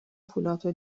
پولهاتو